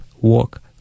walk